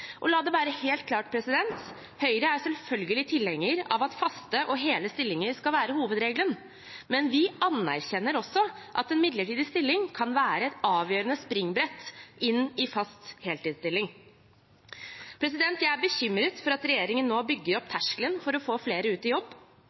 La det være helt klart: Høyre er selvfølgelig tilhenger av at faste og hele stillinger skal være hovedregelen, men vi anerkjenner også at en midlertidig stilling kan være et avgjørende springbrett inn i fast heltidsstilling. Jeg er bekymret for at regjeringen nå bygger opp terskelen for å få flere ut i jobb.